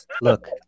look